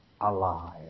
alive